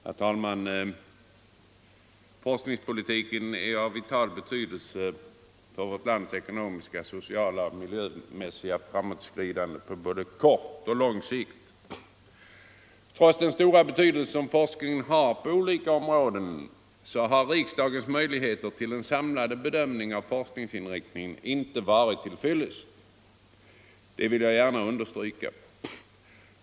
Herr talman! Forskningspolitiken är av vital betydelse för vårt lands ekonomiska, sociala och miljömässiga framåtskridande på både kort och lång sikt. Trots forskningens stora betydelse på olika områden har riksdagens möjligheter till en samlad bedömning av forskningsinriktningen inte varit till fyllest. Det vill jag gärna understryka.